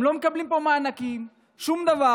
הם לא מקבלים פה מענקים, שום דבר.